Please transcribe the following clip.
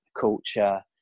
culture